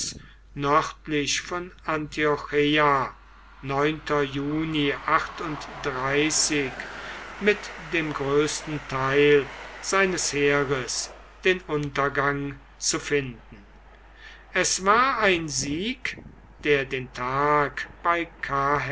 nordöstlich von antiocheia mit dem größten teil seines heeres den untergang zu finden es war ein sieg der den tag bei